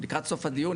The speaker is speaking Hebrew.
לקראת סוף הדיון,